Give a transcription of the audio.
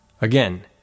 again